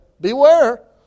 Beware